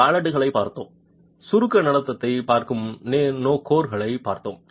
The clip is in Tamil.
நாம் வாலெட்டுகளைப் பார்த்தோம் சுருக்க நடத்தையைப் பார்க்கும் கோர்களைப் பார்த்தோம்